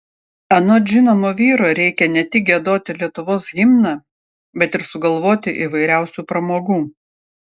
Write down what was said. anot žinomo vyro reikia ne tik giedoti lietuvos himną bet ir sugalvoti įvairiausių pramogų